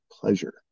pleasure